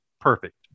perfect